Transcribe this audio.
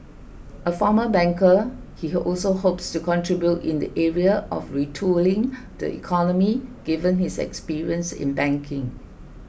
a former banker he also hopes to contribute in the area of retooling the economy given his experience in banking